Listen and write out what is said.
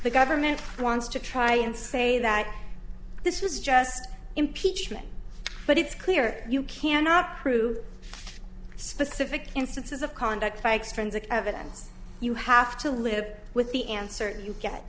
the government wants to try and say that this was just impeachment but it's clear you cannot prove specific instances of conduct for extrinsic evidence you have to live with the and certain you get